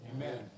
Amen